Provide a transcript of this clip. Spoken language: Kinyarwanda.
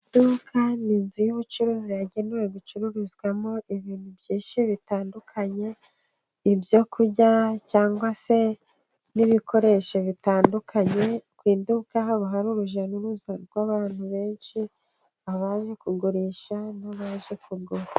Iduka ni inzu y'ubucuruzi, yagenewe gucururizwamo ibintu byinshi bitandukanye, ibyo kurya cyangwa se n'ibikoresho bitandukanye, ku iduka haba hari urujya n'uruza rw'abantu benshi, abaje kugurisha n'abaje kugura.